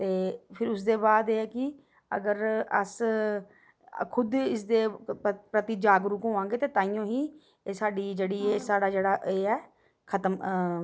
ते फिर उसदे बाद एह् ऐ कि अगर अस खुद इसदे प्रति जागरुक होआं गे ते ताईंयो ही एह् साढ़ी साढ़ा जेह्ड़ा एह् ऐ खतम